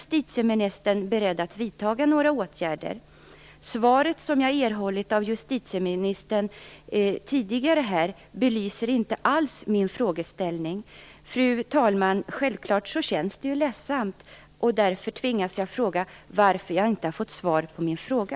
Svaret som jag tidigare har erhållit av justitieministern belyser inte alls min frågeställning. Självklart känns det ledsamt, fru talman, och därför tvingas jag fråga varför jag inte har fått svar på min fråga.